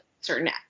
certain